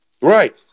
Right